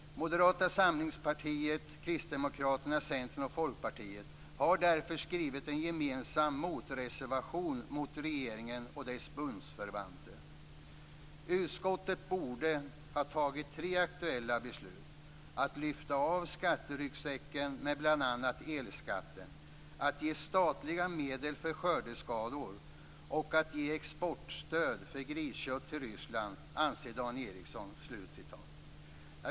Moderaterna, kristdemokraterna, centern och folkpartiet har därför skrivit en gemensam motivreservation - mot regeringen och dess bundsförvanter. Utskottet borde ha tagit tre akuta beslut, att lyfta av skatteryggsäcken, med bland annat elskatten, att ge statliga medel för skördeskador och att ge exportstöd för griskött till Ryssland, anser Dan Ericsson."